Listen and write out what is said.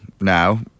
now